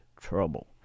trouble